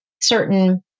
certain